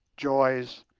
joys,